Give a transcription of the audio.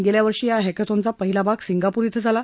गस्खा वर्षी या हॅक्थ्रॉनचा पहिला भाग सिंगापूर इथं झाला